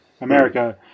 America